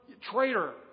traitor